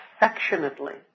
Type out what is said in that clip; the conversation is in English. affectionately